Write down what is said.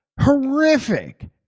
horrific